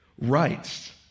rights